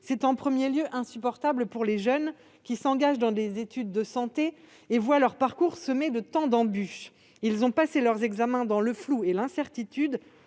C'est en premier lieu insupportable pour les jeunes qui s'engagent dans des études de santé et voient leur parcours semé de tant d'embûches. Ils ont passé leurs examens dans le flou et l'incertitude,